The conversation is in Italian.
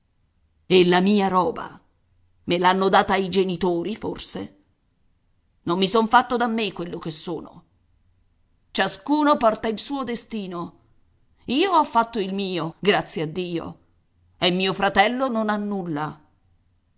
e la mia roba me l'hanno data i genitori forse non mi son fatto da me quello che sono ciascuno porta il suo destino io ho il fatto mio grazie a dio e mio fratello non ha nulla